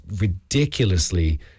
ridiculously